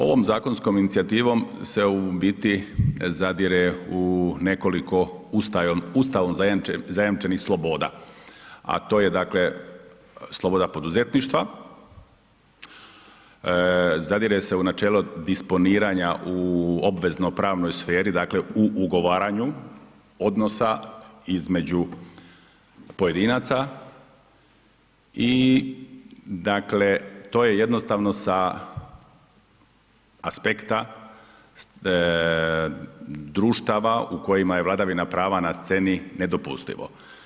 Ovom zakonskom inicijativom se u biti zadire u nekoliko Ustavom zajamčenih sloboda a to je dakle sloboda poduzetništva, zadire se u načelo disponiranja u obvezno- pravnoj sferi, dakle u ugovaranju odnosa između pojedinaca i dakle, to je jednostavno sa aspekta društava u kojima je vladavina prava na sceni nedopustivo.